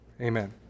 Amen